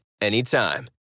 anytime